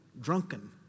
drunken